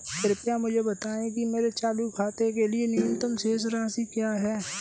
कृपया मुझे बताएं कि मेरे चालू खाते के लिए न्यूनतम शेष राशि क्या है?